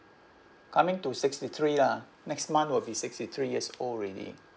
coming to sixty three lah next month will be sixty three years old already